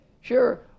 sure